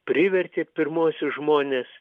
privertė pirmuosius žmones